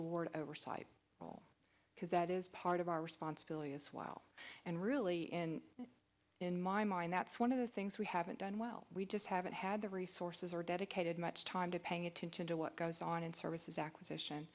award oversight role because that is part of our responsibility as well and really in in my mind that's one of the things we haven't done well we just haven't had the resources or dedicated much time to paying attention to what goes on in services acquisition